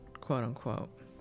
quote-unquote